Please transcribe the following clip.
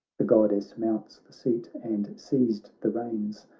the goddess mounts the seat and seized the reins.